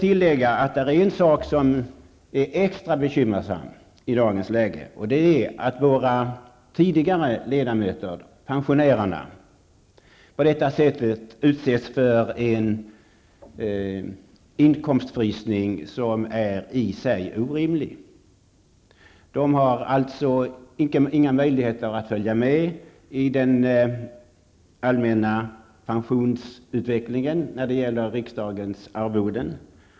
Något som verkligen är bekymmersamt i dagens läge är att de tidigare ledamöter som har pensionerats på detta sätt utsätts för en inkomstfrysning som i sig är orimlig. Det finns alltså inga möjligheter för deras pensioner att följa med i den allmänna pensionsutvecklingen när det gäller riksdagens arvoden.